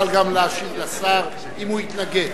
תוכל גם להשיב לשר, אם הוא יתנגד.